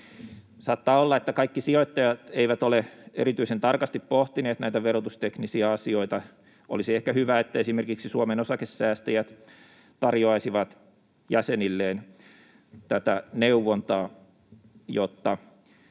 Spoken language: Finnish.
Saattaa olla, että kaikki sijoittajat eivät ole erityisen tarkasti pohtineet näitä verotusteknisiä asioita. Olisi ehkä hyvä, että esimerkiksi Suomen Osakesäästäjät tarjoaisi jäsenilleen tätä neuvontaa, jotta